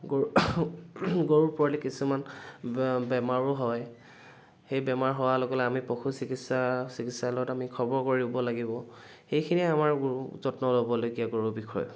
গৰুৰ গৰুৰ পোৱালি কিছুমান বেমাৰো হয় সেই বেমাৰ হোৱাৰ লগে লগে আমি পশু চিকিৎসা চিকিৎসালয়ত আমি খবৰ কৰিব লাগিব সেইখিনি আমাৰ যত্ন ল'বলগীয়া গৰুৰ বিষয়ে